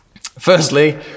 Firstly